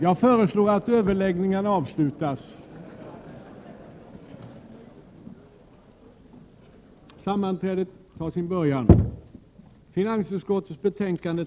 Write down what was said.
: Ärade kammarledamöter!